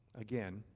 again